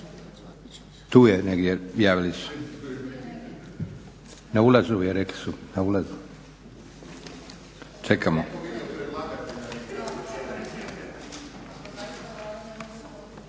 tu je negdje, javili su. Na ulazu je rekli su. Čekamo.